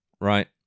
right